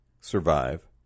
survive